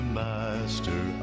master